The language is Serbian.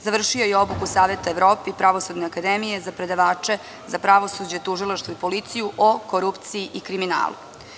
Završio je obuku Saveta Evrope i Pravosudne akademije za predavače za pravosuđe, tužilaštvo i policiju o korupciji i kriminalu.